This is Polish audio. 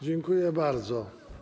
Dziękuję bardzo.